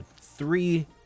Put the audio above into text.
three